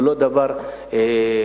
זה לא דבר מתעמר,